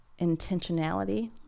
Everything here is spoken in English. intentionality